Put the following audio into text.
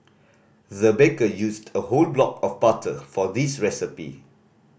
the baker used a whole block of butter for this recipe